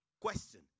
question